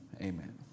amen